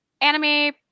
anime